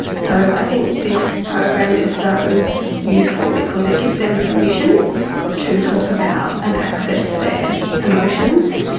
so i think this program is so useful because it gives them permission to talk about and access their emotions.